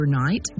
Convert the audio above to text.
overnight